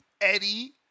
Eddie